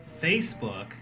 Facebook